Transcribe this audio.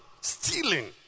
stealing